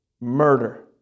murder